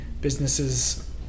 businesses